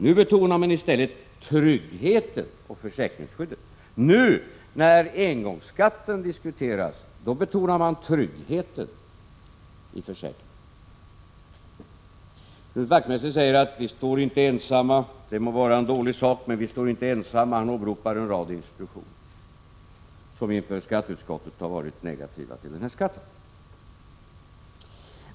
Nu betonar man i stället tryggheten och försäkringsskyddet.” Nu, när engångsskatten diskuteras, då betonar man tryggheten i försäkringarna! Vi står inte ensamma, säger Knut Wachtmeister och åberopar en rad institutioner som inför skatteutskottet varit negativa till den här skatten.